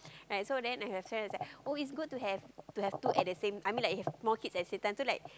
like so then I have friends who's like oh it's good to have to have two at the I mean like you have more kids at the same time so like